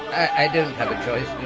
i don't have a choice,